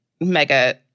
mega